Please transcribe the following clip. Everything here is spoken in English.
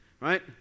Right